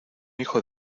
hijo